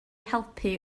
helpu